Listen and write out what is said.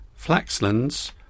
Flaxlands